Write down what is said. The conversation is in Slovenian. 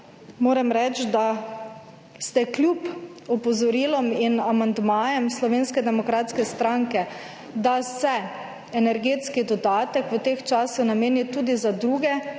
moram reči, da ste kljub opozorilom in amandmajem Slovenske demokratske stranke, da se energetski dodatek v tem času nameni tudi za druge